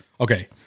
okay